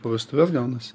po vestuves gaunasi